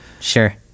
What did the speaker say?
Sure